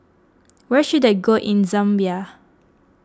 where should I go in Zambia